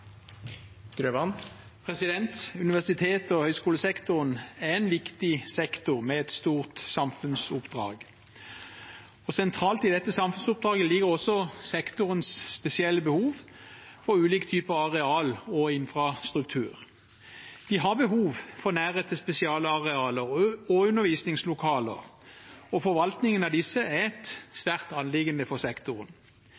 en viktig sektor med et stort samfunnsoppdrag. Sentralt i dette samfunnsoppdraget ligger også sektorens spesielle behov for ulike typer arealer og infrastruktur. De har behov for nærhet til spesialarealer og undervisningslokaler, og forvaltningen av disse er et